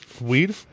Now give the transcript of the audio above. weed